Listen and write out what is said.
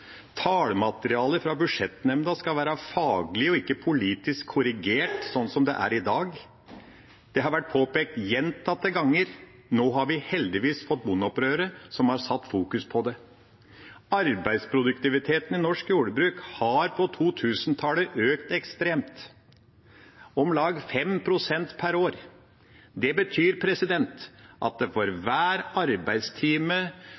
Tallmaterialet fra Budsjettnemnda for jordbruket skal være faglig og ikke politisk korrigert, sånn som det er i dag. Det har vært påpekt gjentatte ganger. Nå har vi heldigvis fått bondeopprøret, som har satt fokus på det. Arbeidsproduktiviteten i norsk jordbruk har på 2000-tallet økt ekstremt – om lag 5 pst. per år. Det betyr at for